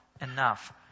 enough